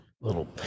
little